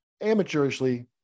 amateurishly